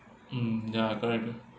mm ya correct correct